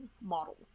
model